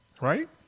right